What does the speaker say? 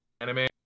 anime